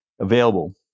available